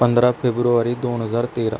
पंधरा फेब्रुवारी दोन हजार तेरा